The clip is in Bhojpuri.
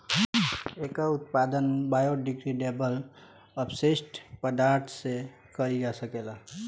एकर उत्पादन बायोडिग्रेडेबल अपशिष्ट पदार्थ से कईल जा सकेला